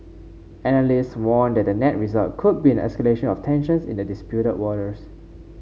analysts warn that the net result could be an escalation of tensions in the disputed waters